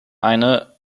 eine